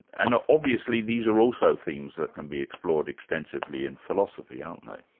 and obviously these are also themes that can be explored extensively and philosophy, aren't they?